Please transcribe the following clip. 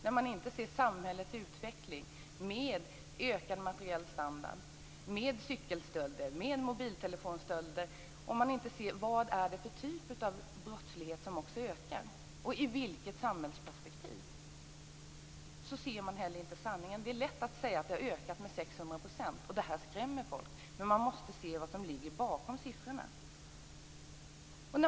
Om man inte ser samhällets utveckling med ökad materiell standard, cykelstölder, mobiltelefonstölder osv. och inte ser vad det är för typ av brottslighet som ökar och i vilket samhällsperspektiv detta sker, så ser man heller inte sanningen. Det är lätt att säga att brottsligheten har ökat med 600 %, och det skrämmer folk, men man måste se vad som ligger bakom siffrorna.